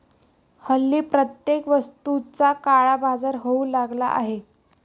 हल्ली प्रत्येक वस्तूचा काळाबाजार होऊ लागला आहे